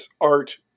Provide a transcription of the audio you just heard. art